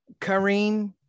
Kareem